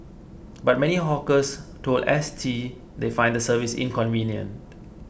but many hawkers told S T they find the service inconvenient